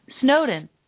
Snowden